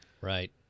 right